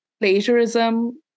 plagiarism